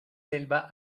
selva